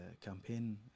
campaign